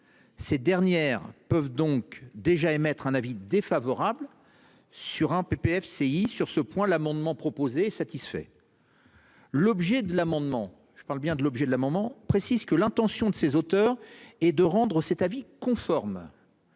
et groupements peuvent donc déjà émettre un avis défavorable sur un PPFCI : sur ce point, l'amendement proposé est satisfait. L'objet de l'amendement précise que l'intention de ses auteurs est de rendre cet avis conforme.